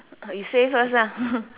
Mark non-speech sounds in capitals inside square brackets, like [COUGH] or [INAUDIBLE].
you say first ah [NOISE]